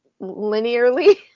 linearly